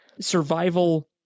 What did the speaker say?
survival